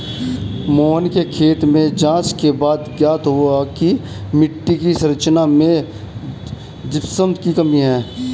मोहन के खेत में जांच के बाद ज्ञात हुआ की मिट्टी की संरचना में जिप्सम की कमी है